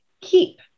keep